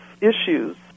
issues